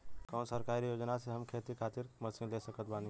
कौन सरकारी योजना से हम खेती खातिर मशीन ले सकत बानी?